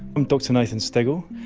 i'm dr nathan steggel.